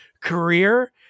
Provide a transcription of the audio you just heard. career